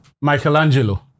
Michelangelo